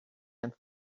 and